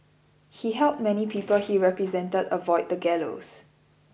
he helped many people he represented avoid the gallows